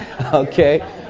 Okay